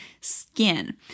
skin